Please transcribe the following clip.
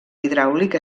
hidràulic